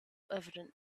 evident